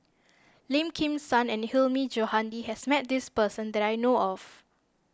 Lim Kim San and Hilmi Johandi has met this person that I know of